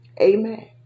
Amen